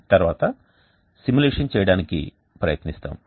తర్వాత సిములేషన్ చేయడానికి ప్రయత్నిస్తాము